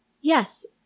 Yes